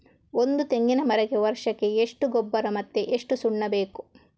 ಒಂದು ತೆಂಗಿನ ಮರಕ್ಕೆ ವರ್ಷಕ್ಕೆ ಎಷ್ಟು ಗೊಬ್ಬರ ಮತ್ತೆ ಎಷ್ಟು ಸುಣ್ಣ ಬೇಕು?